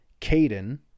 Caden